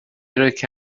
روکه